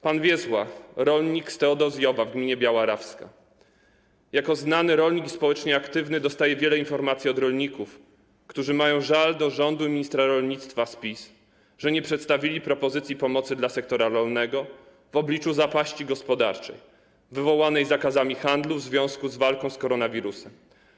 Pan Wiesław, rolnik z Teodozjowa w gminie Biała Rawska: Jako znany rolnik, społecznie aktywny, dostaję wiele informacji od rolników, którzy mają żal do rządu i ministra rolnictwa z PiS, że nie przedstawili propozycji pomocy dla sektora rolnego w obliczu zapaści gospodarczej wywołanej zakazami handlu w związku z walką z koronawirusem.